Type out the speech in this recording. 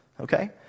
okay